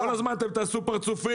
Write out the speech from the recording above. כל הזמן אם תעשו פרצופים.